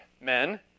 men